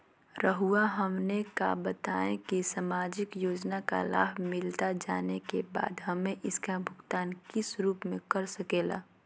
रहुआ हमने का बताएं की समाजिक योजना का लाभ मिलता जाने के बाद हमें इसका भुगतान किस रूप में कर सके ला?